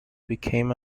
became